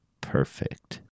perfect